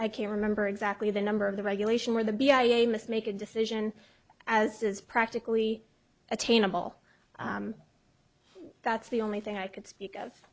can't remember exactly the number of the regulation where the b i a must make a decision as is practically attainable that's the only thing i can speak